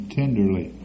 tenderly